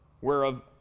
whereof